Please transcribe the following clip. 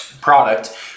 product